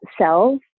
cells